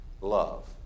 love